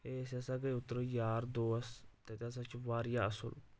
ہے أسۍ ہسا گٔیے اوٚترٕ یار دوس تتہِ ہسا چھِ واریاہ اصٕل